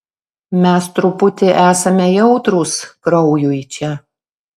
mes truputį esame jautrūs kraujui čia